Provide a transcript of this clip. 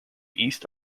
east